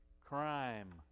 crime